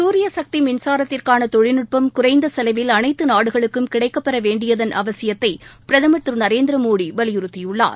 சூரிய சக்தி மின்சாரத்திற்கான தொழில்நுட்பம் குறைந்த செலவில் அனைத்து நாடுகளுக்கும் கிடைக்கப் பெற வேண்டியதன் அவசியத்தை பிரதமர் திரு நரேந்திரமோடி வலியுறுத்தியுள்ளார்